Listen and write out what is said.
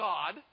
God